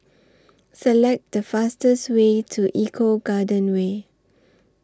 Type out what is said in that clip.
Select The fastest Way to Eco Garden Way